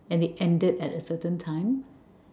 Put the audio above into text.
and they ended at a certain time